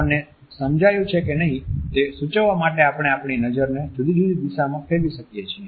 આપણને સમજાયું છે કે નહીં તે સૂચવવા માટે આપણે આપણી નજરને જુદી જુદી દિશામાં ફેરવી શકીએ છીએ